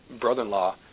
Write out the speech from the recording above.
brother-in-law